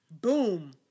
Boom